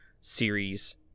series